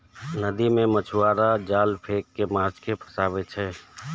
नदी मे मछुआरा जाल फेंक कें माछ कें फंसाबै छै